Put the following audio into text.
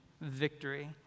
victory